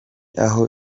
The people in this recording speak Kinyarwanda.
aho